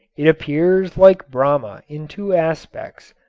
it appears like brahma in two aspects,